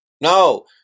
no